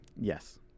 yes